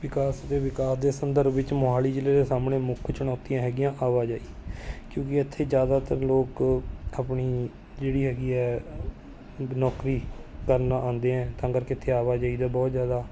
ਵਿਕਾਸ ਦੇ ਵਿਕਾਸ ਦੇ ਸੰਦਰਭ ਵਿੱਚ ਮੋਹਾਲੀ ਜ਼ਿਲ੍ਹੇ ਦੇ ਸਾਹਮਣੇ ਮੁੱਖ ਚੁਣੌਤੀਆਂ ਹੈਗੀਆਂ ਆਵਾਜਾਈ ਕਿਉਂਕਿ ਇੱਥੇ ਜ਼ਿਆਦਾਤਰ ਲੋਕ ਆਪਣੀ ਜਿਹੜੀ ਹੈਗੀ ਹੈ ਨੌਕਰੀ ਕਰਨ ਆਉਂਦੇ ਐਂ ਤਾਂ ਕਰਕੇ ਇੱਥੇ ਆਵਾਜਾਈ ਦਾ ਬਹੁਤ ਜ਼ਿਆਦਾ